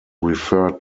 referred